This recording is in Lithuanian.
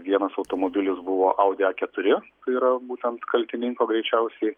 vienas automobilis buvo audi a keturi tai yra būtent kaltininko greičiausiai